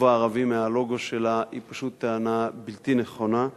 הערבי מהלוגו שלה היא פשוט טענה בלתי נכונה,